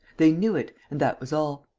they knew it and that was all.